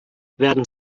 werden